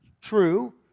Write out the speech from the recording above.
true